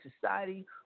society